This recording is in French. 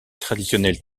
traditionnelle